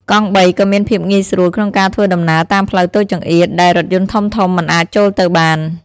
កង់បីក៏មានភាពងាយស្រួលក្នុងការធ្វើដំណើរតាមផ្លូវតូចចង្អៀតដែលរថយន្តធំៗមិនអាចចូលទៅបាន។